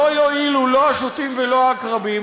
לא יועילו לא השוטים ולא העקרבים,